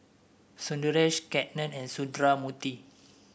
Sundaresh Ketna and Sundramoorthy